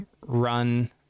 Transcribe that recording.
run